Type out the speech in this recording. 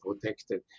protected